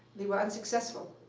they were unsuccessful.